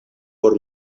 por